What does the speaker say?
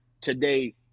today